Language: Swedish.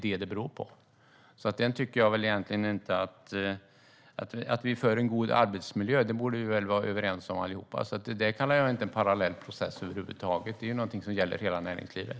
Vikten av en god arbetsmiljö borde vi väl vara överens om allihop. Det kallar jag inte en parallell process över huvud taget, utan det är någonting som gäller hela näringslivet.